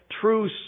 true